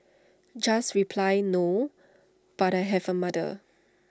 just reply no but I have A mother